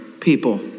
people